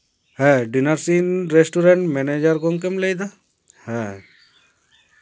ᱦᱮᱸ ᱰᱤᱱᱟᱥᱤᱝ ᱨᱮᱥᱴᱩᱨᱮᱱᱴ ᱨᱮᱱ ᱢᱮᱱᱮᱡᱟᱨ ᱜᱚᱢᱠᱮᱢ ᱞᱟᱹᱭ ᱫᱟ ᱦᱮᱸ